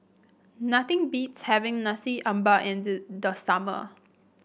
nothing beats having Nasi Ambeng in the the summer